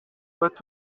but